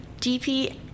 DP